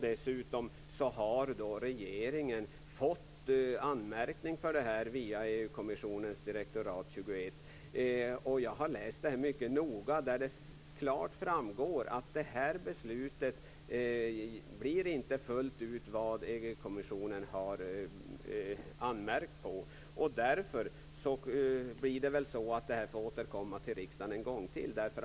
Dessutom har regeringen fått anmärkning för detta från EU-kommissionens direktorat 21. Jag har läst detta mycket noga, och det framgår klart att detta beslut inte följer det som EU kommissionen har anmärkt på. Därför får jag väl återkomma till riksdagen en gång till.